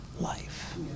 life